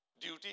duty